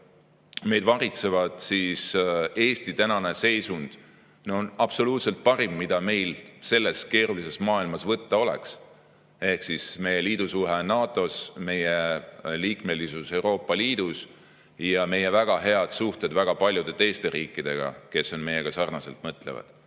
meid varitsevad, on Eesti praegune seisund absoluutselt parim, mida meil selles keerulises maailmas võtta oleks. Ehk [pean silmas] meie liidusuhe NATO-s, meie liikmesust Euroopa Liidus ja meie väga head suhted väga paljude teiste riikidega, kes meiega sarnaselt mõtlevad.